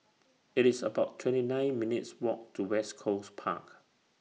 IT IS about twenty nine minutes' Walk to West Coast Park